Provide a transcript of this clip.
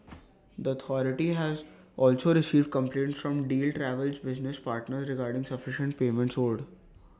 the authority has also received complaints from deal Travel's business partners regarding sufficient payments owed